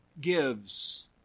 gives